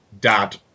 dad